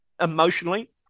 emotionally